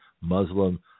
Muslim